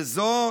וזו,